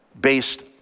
based